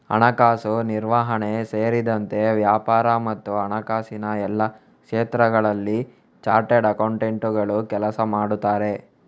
ಹಣಕಾಸು ನಿರ್ವಹಣೆ ಸೇರಿದಂತೆ ವ್ಯಾಪಾರ ಮತ್ತು ಹಣಕಾಸಿನ ಎಲ್ಲಾ ಕ್ಷೇತ್ರಗಳಲ್ಲಿ ಚಾರ್ಟರ್ಡ್ ಅಕೌಂಟೆಂಟುಗಳು ಕೆಲಸ ಮಾಡುತ್ತಾರೆ